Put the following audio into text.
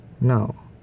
now